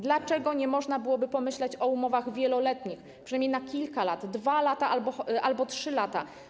Dlaczego nie można pomyśleć o umowach wieloletnich, przynajmniej na kilka lat, 2 lata albo 3 lata?